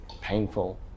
painful